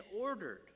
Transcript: ordered